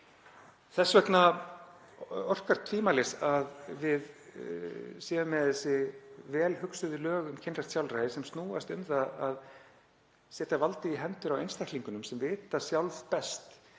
Þess vegna orkar tvímælis að við höfum þessi vel hugsuðu lög um kynrænt sjálfræði — sem snúast um það að setja vald í hendur einstaklinganna sem sjálf vita